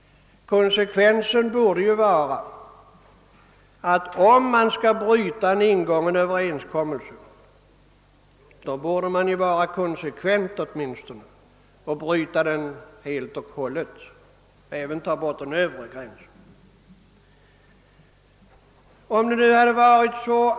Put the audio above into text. Konsekvensen borde ju vara att om man skall bryta den ingångna överenskommelsen, då borde man åtminstone vara följdriktig och bryta den helt och hållet och även ta bort den övre gränsen.